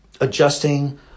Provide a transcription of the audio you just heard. adjusting